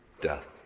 death